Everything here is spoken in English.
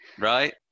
Right